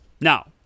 Now